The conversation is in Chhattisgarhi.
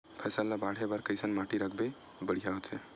फसल ला बाढ़े बर कैसन माटी सबले बढ़िया होथे?